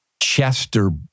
Chester